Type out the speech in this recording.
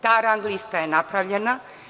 Ta rang lista je napravljena.